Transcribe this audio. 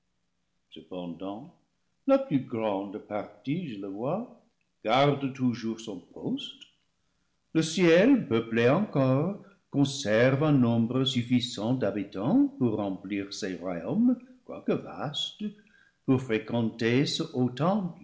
cependant la plus grande partie je le vois garde toujours son poste le ciel peuplé encore conserve un nombre suffisant d'habitants pour remplir ses royaumes quoique vastes pour fréquenter ce